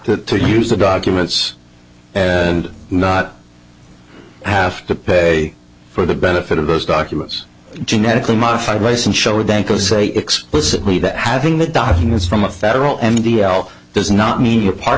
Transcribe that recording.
right to use the documents and not have to pay for the benefit of those documents genetically modified mice and showed them to say explicitly that having the documents from a federal m t l does not mean you're part